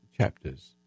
chapters